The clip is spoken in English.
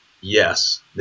Yes